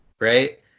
right